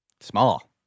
small